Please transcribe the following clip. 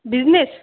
business